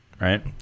right